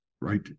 right